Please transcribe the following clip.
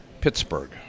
Pittsburgh